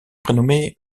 prénommé